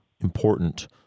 important